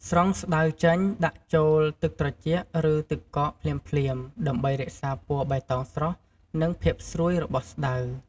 ស្រង់ស្តៅចេញ ដាក់ចូល ទឹកត្រជាក់ ឬទឹកកក ភ្លាមៗ ដើម្បីរក្សាពណ៌បៃតងស្រស់ និងភាពស្រួយរបស់ស្តៅ។